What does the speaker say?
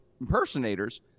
impersonators